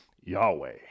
Yahweh